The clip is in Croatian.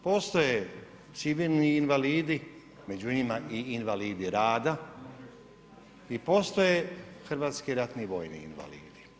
Postoje civilni invalidi, među njima i invalidi rada i postoje hrvatski ratni vojni invalidi.